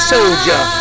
Soldier